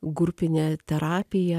grupinė terapija